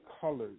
colors